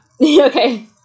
Okay